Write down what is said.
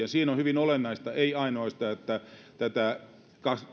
ja siinä on hyvin olennaista ei ainoastaan se että tätä